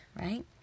right